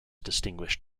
distinguished